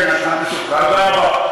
כן, אתה משוחרר.